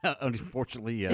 Unfortunately